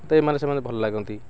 ତ ଏମାନେ ସେମାନେ ଭଲ ଲାଗନ୍ତି